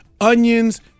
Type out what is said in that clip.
onions